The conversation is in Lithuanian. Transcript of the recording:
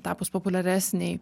tapus populiaresnei